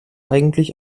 eigentlich